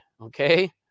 okay